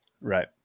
Right